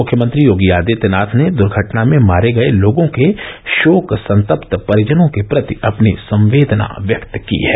मुख्यमंत्री योगी आदित्यनाथ ने दुर्घटना में मारे गए लोगों के शोक संतप्त परिजनों के प्रति अपनी संवेदना व्यक्त की है